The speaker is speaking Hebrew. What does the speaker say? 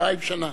אלפיים שנה.